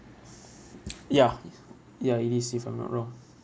ya ya it is if I'm not wrong